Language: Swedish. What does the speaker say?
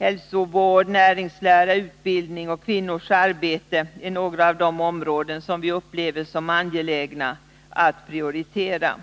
Hälsovård, näringslära, utbildning och kvinnors arbete är några av de områden som vi upplever som angelägna att prioritera.